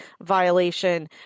violation